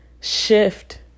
shift